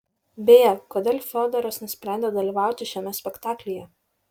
beje kodėl fiodoras nusprendė dalyvauti šiame spektaklyje